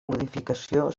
modificació